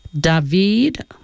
david